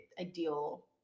ideal